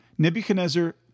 Nebuchadnezzar